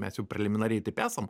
mes jau preliminariai taip esam